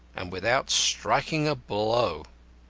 and without striking a blow.